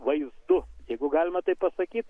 vaizdu jeigu galima taip pasakyt